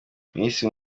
minisitiri